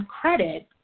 credit